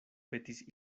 petis